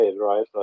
right